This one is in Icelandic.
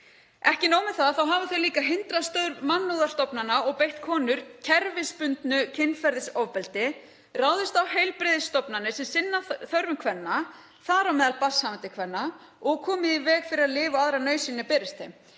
Ekki nóg með það, þá hafa þau líka hindrað störf mannúðarstofnana og beitt konur kerfisbundnu kynferðisofbeldi, ráðist á heilbrigðisstofnanir sem sinna þörfum kvenna, þar á meðal barnshafandi kvenna, og komið í veg fyrir að lyf og aðrar nauðsynjar berist þeim.